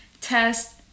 test